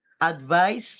advice